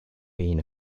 been